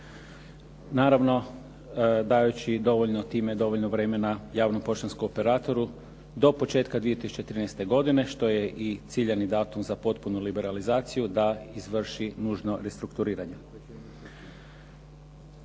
Naravno dajući dovoljno time dovoljno vremena javnom poštanskom operatoru do početka 2013. godine, što je i ciljani datum za potpunu liberalizaciju da izvrši nužno restrukturiranje.